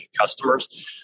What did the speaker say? customers